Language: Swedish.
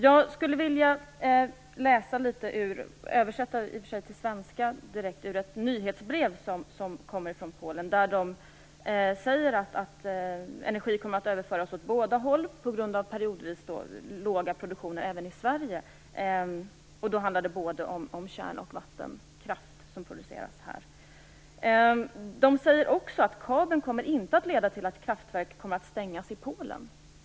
Jag skulle vilja läsa, och försöka översätta direkt till svenska, ur ett nyhetsbrev från Polen. Där står det att energi kommer att överföras åt båda hållen på grund av den periodvis låga produktionen även i Sverige. Det handlar både om kärnkraft och om vattenkraft som produceras här. Det står också att kabeln inte kommer att leda till att kraftverk stängs i Polen.